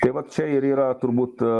tai vat čia ir yra turbūt